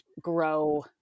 grow